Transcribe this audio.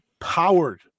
powered